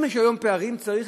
אם יש היום פערים, צריך